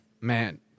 man